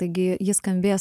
taigi ji skambės